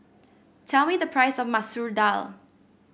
tell me the price of Masoor Dal